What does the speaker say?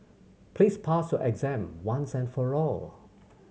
please pass your exam once and for all